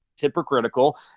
hypocritical